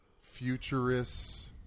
futurists